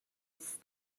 است